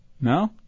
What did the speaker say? No